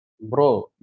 Bro